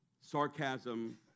sarcasm